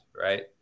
right